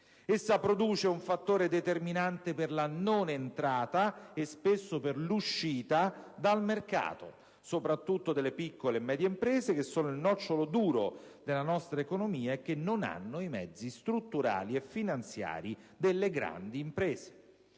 Essa produce, altresì, un fattore determinante per la non entrata e, spesso, per l'uscita dal mercato, soprattutto delle piccole e medie imprese che sono il nocciolo duro della nostra economia e che non hanno i mezzi strutturali e finanziari delle grandi imprese.